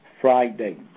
Friday